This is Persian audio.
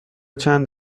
چند